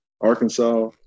Arkansas